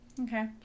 okay